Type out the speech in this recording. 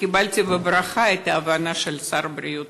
קיבלתי בברכה את ההבנה של שר הבריאות.